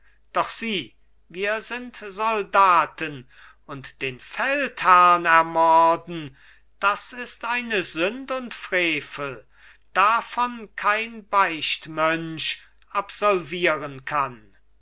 doch sieh wir sind soldaten und den feldherrn ermorden das ist eine sünd und frevel davon kein beichtmönch absolvieren kann